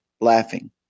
laughing